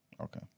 okay